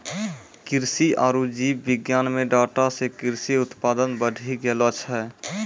कृषि आरु जीव विज्ञान मे डाटा से कृषि उत्पादन बढ़ी गेलो छै